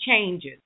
changes